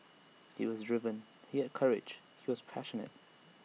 he was driven he had courage he was passionate